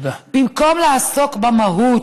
במקום לעסוק במהות,